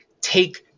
take